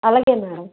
అలాగే మేడం